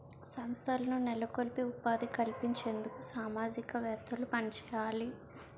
సంస్థలను నెలకొల్పి ఉపాధి కల్పించేందుకు సామాజికవేత్తలు పనిచేయాలి